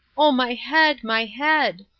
oh, my head, my head!